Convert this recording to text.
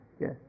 yes